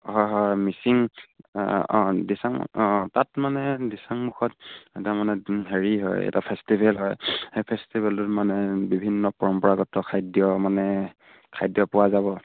হয় হয় মিচিং অঁ দিচাং অঁ তাত মানে দিচাংমুখত এ তাৰমানে হেৰি হয় এটা ফেষ্টিভেল হয় সেই ফেষ্টিভেলটোত মানে বিভিন্ন পৰম্পৰাগত খাদ্য মানে খাদ্য পোৱা যাব